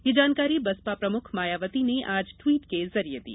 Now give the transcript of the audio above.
यह जानकारी बसपा प्रमुख मायावती ने आज ट्वीट के जरिए दी